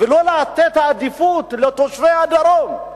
ולא לתת עדיפות לתושבי הדרום,